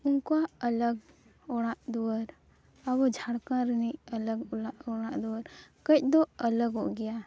ᱩᱱᱠᱩᱣᱟᱜ ᱟᱞᱟᱜᱽ ᱚᱲᱟᱜᱼᱫᱩᱣᱟᱹᱨ ᱟᱵᱚ ᱡᱷᱟᱲᱠᱷᱚᱸᱰ ᱨᱮᱱᱤᱡ ᱟᱞᱟᱜᱽ ᱚᱲᱟᱜᱼᱫᱩᱣᱟᱹᱨ ᱠᱟᱹᱡ ᱫᱚ ᱟᱞᱟᱜᱚᱜ ᱜᱮᱭᱟ